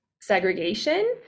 Segregation